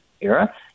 era